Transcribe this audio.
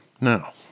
Now